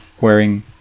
wearing